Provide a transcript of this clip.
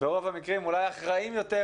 ברוב המקרים הם אולי אחראים יותר